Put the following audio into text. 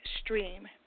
stream